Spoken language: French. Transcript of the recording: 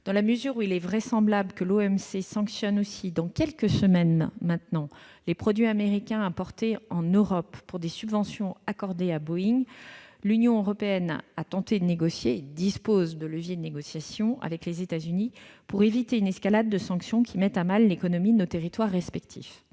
Dans la mesure où il est vraisemblable que l'OMC sanctionne aussi, dans quelques semaines, les produits américains importés en Europe, pour des subventions accordées à Boeing, l'Union européenne a d'abord tenté de négocier avec les États-Unis, pour éviter une escalade de sanctions qui mette à mal l'économie de nos territoires respectifs.